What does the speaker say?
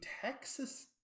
Texas